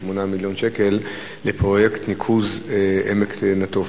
מיליון שקלים לפרויקט ניקוז עמק בית-נטופה.